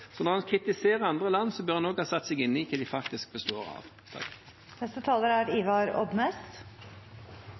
Når en kritiserer andre land, bør en også ha satt seg inn i hva det faktisk består